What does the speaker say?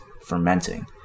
fermenting